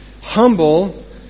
Humble